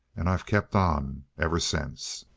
and i've kept on ever since.